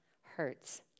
hurts